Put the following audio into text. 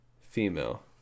female